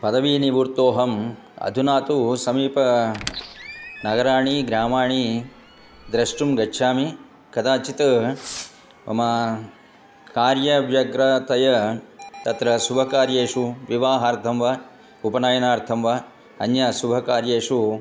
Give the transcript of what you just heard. पदवीनिवृत्तोऽहं अधुना तु समीप नगराणि ग्रामाणि द्रष्टुं गच्छामि कदाचित् मम कार्यव्यग्रतया तत्र शुभकार्येषु विवाहार्थं वा उपनयनार्थं वा अन्याशुभकार्येषु